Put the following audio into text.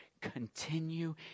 continue